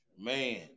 Man